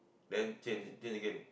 then change change again